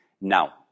Now